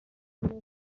شناسا